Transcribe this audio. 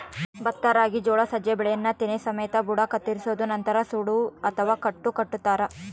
ಭತ್ತ ರಾಗಿ ಜೋಳ ಸಜ್ಜೆ ಬೆಳೆಯನ್ನು ತೆನೆ ಸಮೇತ ಬುಡ ಕತ್ತರಿಸೋದು ನಂತರ ಸೂಡು ಅಥವಾ ಕಟ್ಟು ಕಟ್ಟುತಾರ